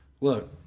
look